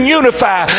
unify